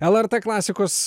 lrt klasikos